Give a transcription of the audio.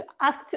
ask